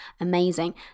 amazing